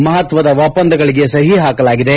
ಮಹತ್ವದ ಒಪ್ಪಂದಗಳಿಗೆ ಸಹಿ ಹಾಕಲಾಗಿದೆ